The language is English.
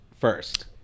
first